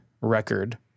record